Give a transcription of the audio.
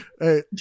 Hey